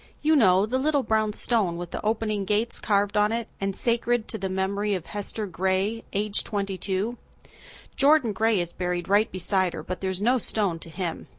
you know the little brown stone with the opening gates carved on it and sacred to the memory of hester gray, aged twenty-two jordan gray is buried right beside her but there's no stone to him.